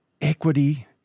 equity